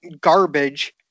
garbage